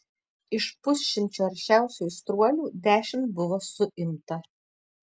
iš pusšimčio aršiausių aistruolių dešimt buvo suimta